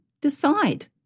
decide